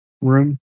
room